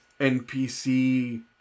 NPC